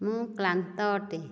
ମୁଁ କ୍ଳାନ୍ତ ଅଟେ